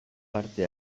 parte